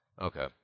Okay